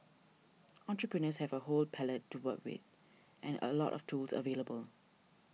entrepreneurs have a whole palette to work with and a lot of tools available